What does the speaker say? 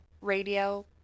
radio